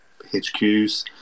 HQs